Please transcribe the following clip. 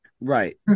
Right